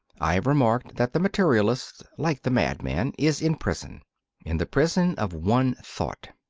i have remarked that the materialist, like the madman, is in prison in the prison of one thought.